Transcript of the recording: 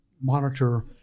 monitor